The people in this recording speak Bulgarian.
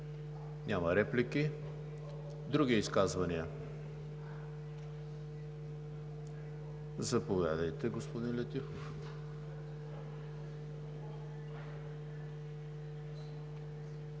Няма реплики. Други изказвания? Заповядайте, господин Летифов.